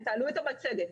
תעלו את המצגת.